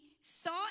saw